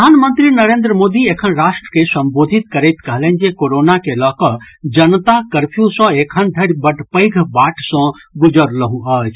प्रधानमंत्री नरेन्द्र मोदी एखन राष्ट्र के संबोधित करैत कहलनि जे कोरोना के लऽ कऽ जनता कर्फ्यू सँ एखन धरि बड्ड पैघ बाट सँ गुजरलहुं अछि